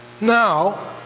Now